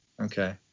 Okay